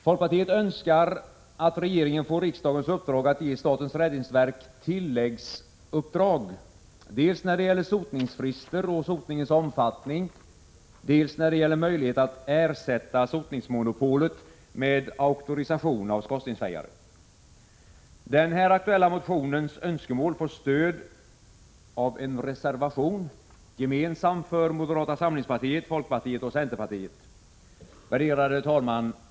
Folkpartiet önskar att regeringen får riksdagens uppdrag att ge statens räddningsverk tilläggsuppdrag dels när det gäller sotningsfrister och sotningens omfattning, dels när det gäller möjlighet att ersätta sotningsmonopolet med auktorisation av skorstensfejare. Den här aktuella motionens önskemål får stöd av en reservation — gemensam för moderata samlingspartiet, folkpartiet och centerpartiet. Herr talman!